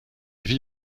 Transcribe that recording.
ville